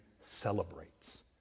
celebrates